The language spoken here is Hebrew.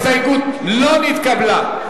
ההסתייגות לא נתקבלה.